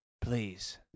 Please